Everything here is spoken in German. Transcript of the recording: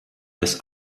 des